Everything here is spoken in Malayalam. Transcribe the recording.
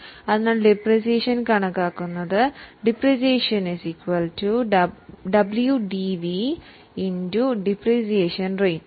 ഈ രീതി മൂലം ഡിപ്രീസിയേഷൻ കണക്കാക്കുന്നത് എങ്ങനെ ഡിപ്രീസിയേഷൻ WDV ഡിപ്രീസിയേഷൻ റേറ്റ്